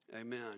Amen